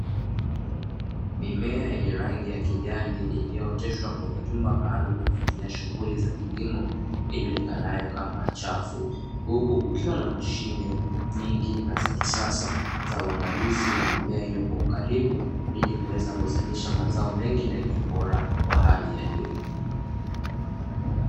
Mimea yenye rangi ya kijani iliyooteshwa kwenye jumba maalum la kufanyia shughuli za kilimo ijulikanayo kama chafu, huku kukiwa na mashine nyingi na zakisasa za uangalizi wa mimea hiyo kwa ukaribu ili kuweza kuzalisha mazao mengi na yenye ubora wa hali ya juu.